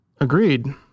Agreed